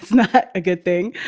that's a good thing.